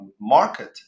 market